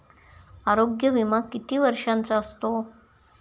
आरोग्य विमा किती वर्षांचा असतो?